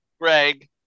Greg